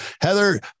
Heather